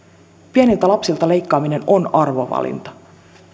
pieniltä lapsilta leikkaaminen on arvovalinta